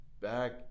back